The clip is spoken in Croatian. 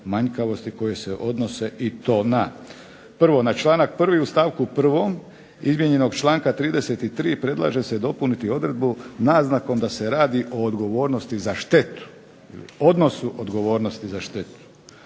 manjkavosti koje se odnose i to na: Prvo, na članak 1. u stavku 1. izmijenjenog članka 33. predlaže se dopuniti odredbu naznakom da se radi o odgovornosti za štetu, odnosu odgovornosti za štetu.